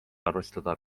arvestada